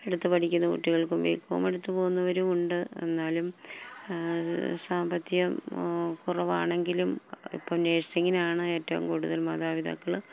എടുത്ത് പഠിക്കുന്ന കുട്ടികൾക്കും ബികോം എടുത്ത് പോകുന്നവരുമുണ്ട് എന്നാലും സാമ്പത്തികം കുറവാണെങ്കിലും ഇപ്പം നേഴ്സിങ്ങിനാണ് ഏറ്റവും കൂടുതൽ മാതാപിതാക്കള്